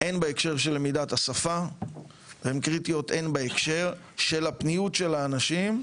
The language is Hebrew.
הן בהקשר של למידת השפה והן קריטיות בהקשר של הפניוּת של האנשים,